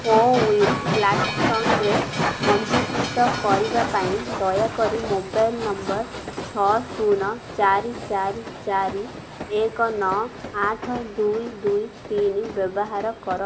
କୋ win ପ୍ଲାଟଫର୍ମରେ ପଞ୍ଜୀକୃତ କରିବା ପାଇଁ ଦୟାକରି ମୋବାଇଲ ନମ୍ବର ଛଅ ଶୂନ ଚାରି ଚାରି ଚାରି ଏକ ନଅ ଆଠ ଦୁଇ ଦୁଇ ତିନି ବ୍ୟବହାର କର